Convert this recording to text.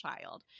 child